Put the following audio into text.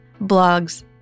blogs